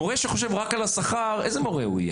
מורה שחושב רק על השכר, איזה מורה הוא יהיה?